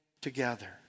together